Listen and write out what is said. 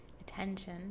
attention